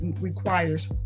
requires